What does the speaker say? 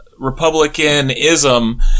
Republicanism